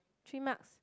three marks